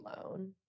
alone